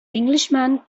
englishman